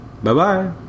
Bye-bye